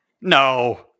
No